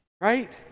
right